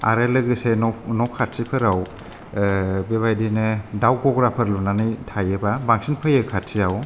आरो लोगोसे न' खाथि फोराव बे बायदिनो दाव ग'ग्रा फोर लुनानै थायोबा बांसिन फैयो खाथिआव